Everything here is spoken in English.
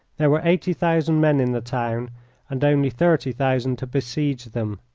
there were eighty thousand men in the town and only thirty thousand to besiege them.